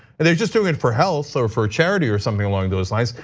and they're just doing it for health or for charity or something along those lines.